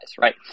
right